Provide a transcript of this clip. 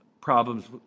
problems